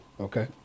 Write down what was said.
Okay